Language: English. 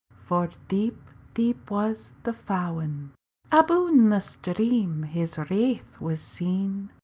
for deep, deep was the fawin'. aboon the stream his wraith was seen,